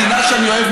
המדינה שאני אוהב,